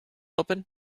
open